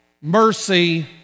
mercy